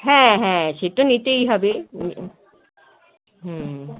হ্যাঁ হ্যাঁ সে তো নিতেই হবে হুম